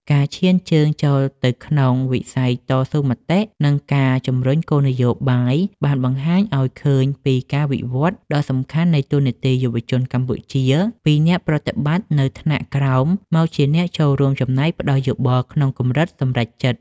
ការឈានជើងចូលទៅក្នុងវិស័យតស៊ូមតិ និងការជំរុញគោលនយោបាយ បានបង្ហាញឱ្យឃើញពីការវិវត្តដ៏សំខាន់នៃតួនាទីយុវជនកម្ពុជា ពីអ្នកប្រតិបត្តិនៅថ្នាក់ក្រោមមកជាអ្នកចូលរួមចំណែកផ្ដល់យោបល់ក្នុងកម្រិតសម្រេចចិត្ត។